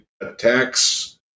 attacks